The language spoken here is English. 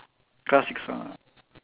classic song